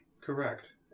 Correct